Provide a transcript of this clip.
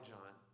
John